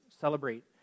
celebrate